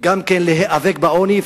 להיאבק בעוני.